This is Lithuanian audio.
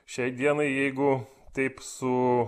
šiai dienai jeigu taip su